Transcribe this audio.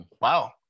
wow